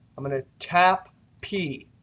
i'm going to tap p.